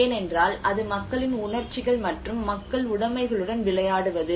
ஏனென்றால் அது மக்களின் உணர்ச்சிகள் மற்றும் மக்கள் உடமைகளுடன் விளையாடுவது